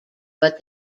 but